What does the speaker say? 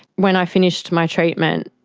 when i finished my treatment,